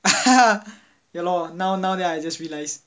ya lor now now then I just realize